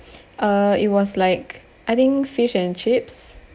uh it was like I think fish and chips